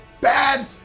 bad